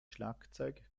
schlagzeug